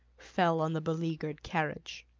fell on the beleaguered carriage.